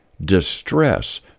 distress